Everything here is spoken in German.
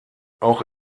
auch